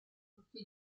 tutti